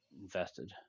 invested